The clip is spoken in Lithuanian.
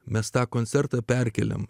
mes tą koncertą perkėlėme